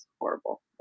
horrible